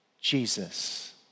Jesus